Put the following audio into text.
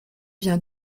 vient